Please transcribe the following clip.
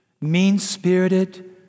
mean-spirited